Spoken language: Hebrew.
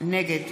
נגד